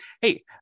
hey